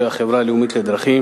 השר לשירותי דת יעקב מרגי: